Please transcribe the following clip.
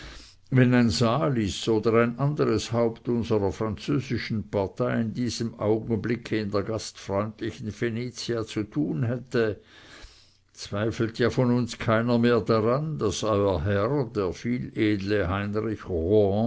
wenn ein salis oder ein anderes haupt unserer französischen partei in diesem augenblicke in der gastfreundlichen venezia zu tun hätte zweifelt ja von uns keiner mehr daran daß euer herr der vieledle heinrich rohan